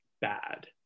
bad